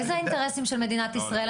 איזה אינטרסים של מדינת ישראל?